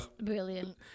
brilliant